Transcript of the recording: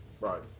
right